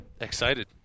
Excited